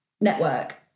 network